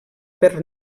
per